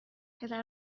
پدر